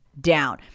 down